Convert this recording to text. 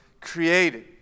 created